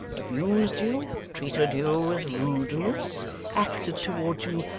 abused you, treated you with rudeness acted towards you,